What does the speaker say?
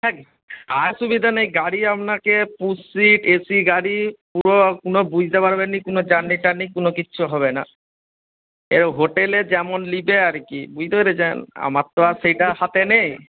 হ্যাঁ আসুবিধা নেই গাড়ি আপনাকে পুশ সিট এসি গাড়ি পুরো বুঝতে পারবেন নি কোনো জার্নি টার্নি কোনো কিচ্ছু হবে না এবার হোটেলে যেমন নেবে আর কি বুঝতে পেরেছেন আমার তো আর সেইটা হাতে নেই